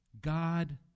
God